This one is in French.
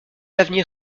avenir